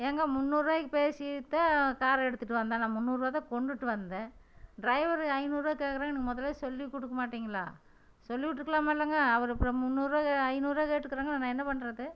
ஏங்க முன்னூறுரூபாய்க்கு பேசிவிட்டு தான் காரை எடுத்துகிட்டு வந்தே நான் முன்னூறுரூவா தான் கொண்டுகிட்டு வந்தேன் டிரைவரு ஐநூறுரூவா கேக்கிறாங்க நீங்கள் முதல்லயே சொல்லி கொடுக்க மாட்டீங்களா சொல்லிவிட்ருக்கலாமெல்லங்க அவர் இப்போ முன்னூறுரூவா ஐநூறுரூவா கேட்டுக்கிறாங்கள்ல நான் என்ன பண்ணுறது